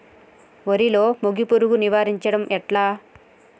వరిలో మోగి పురుగును నివారించడం ఎట్లా?